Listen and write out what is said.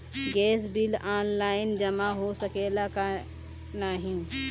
Gas bill online जमा हो सकेला का नाहीं?